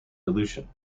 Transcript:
dilution